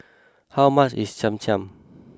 how much is Cham Cham